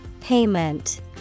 Payment